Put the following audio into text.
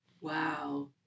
Wow